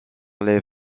les